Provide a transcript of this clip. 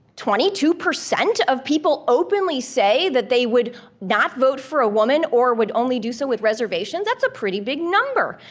twenty two of people openly say that they would not vote for a woman or would only do so with reservations, that's a pretty big number.